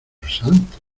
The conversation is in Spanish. pulsante